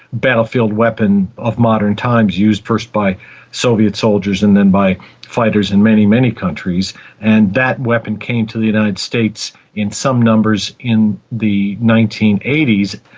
battlefield weapon of modern times, used first by soviet soldiers and then by fighters in many, many countries. and that weapon came to the united states in some numbers in the nineteen eighty s,